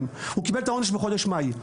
הוא קיבל את העונש בחודש מאי.